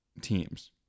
teams